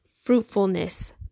fruitfulness